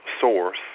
source